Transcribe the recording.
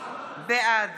בעד